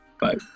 Bye